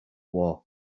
war